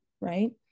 right